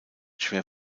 schwer